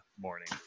morning